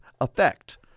effect